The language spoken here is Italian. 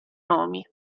nomi